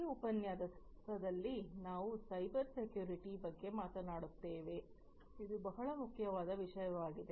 ಈ ಉಪನ್ಯಾಸದಲ್ಲಿ ನಾವು ಸೈಬರ್ ಸೆಕ್ಯೂರಿಟಿ ಬಗ್ಗೆ ಮಾತನಾಡುತ್ತೇವೆ ಇದು ಬಹಳ ಮುಖ್ಯವಾದ ವಿಷಯವಾಗಿದೆ